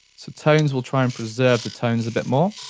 so tones will try and preserve the tones a bit more.